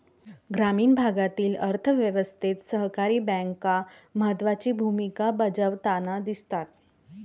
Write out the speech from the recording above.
ग्रामीण भागातील अर्थ व्यवस्थेत सहकारी बँका महत्त्वाची भूमिका बजावताना दिसतात